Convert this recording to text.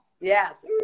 Yes